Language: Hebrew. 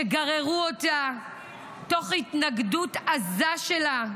שגררו אותה תוך התנגדות עזה שלה,